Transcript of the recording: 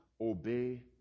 obey